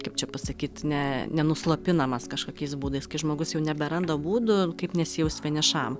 kaip čia pasakyt ne nenuslopinamas kažkokiais būdais kai žmogus jau neberanda būdų kaip nesijaust vienišam